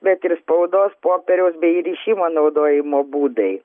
bet ir spaudos popieriaus bei rišimo naudojimo būdai